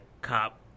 cop